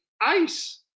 ice